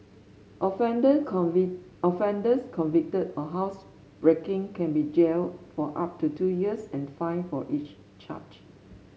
offender offenders convicted of housebreaking can be jailed for up to two years and fined for each charge